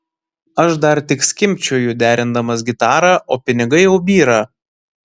aš dar tik skimbčioju derindamas gitarą o pinigai jau byra